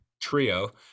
trio